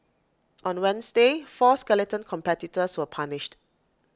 on Wednesday four skeleton competitors were punished